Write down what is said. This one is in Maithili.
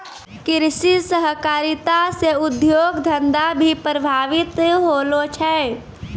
कृषि सहकारिता से उद्योग धंधा भी प्रभावित होलो छै